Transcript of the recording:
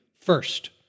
first